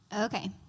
Okay